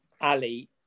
Ali